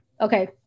Okay